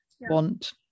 want